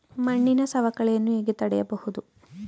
ಮಣ್ಣಿನ ಸವಕಳಿಯನ್ನು ಹೇಗೆ ತಡೆಯಬಹುದು?